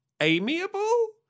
amiable